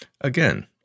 Again